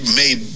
made